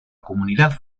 comunidad